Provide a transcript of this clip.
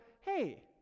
hey